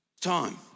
time